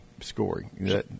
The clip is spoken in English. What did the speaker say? scoring